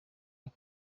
ako